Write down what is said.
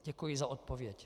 Děkuji za odpověď.